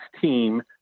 team